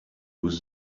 with